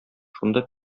шунда